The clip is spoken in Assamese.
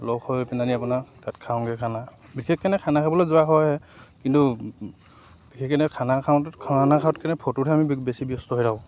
লগ হৈ পেলাহেনি আপোনাৰ তাত খাওঁগৈ খানা বিশেষকৈ খানা খাবলৈ যোৱা হয় আহে কিন্তু বিশেষকৈ খানা খাওঁতে খানা খোৱাতকৈ ফটোতহে আমি বেছি ব্যস্ত হৈ থাকোঁ